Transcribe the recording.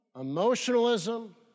emotionalism